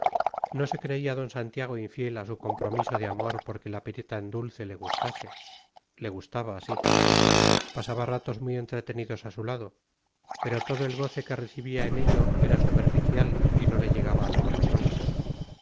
no se creía d santiago infiel a su compromiso de amor porque la perita en dulce le gustase le gustaba sí pasaba ratos muy entretenidos a su lado pero todo el goce que recibía en ello era superficial y no le llegaba al corazón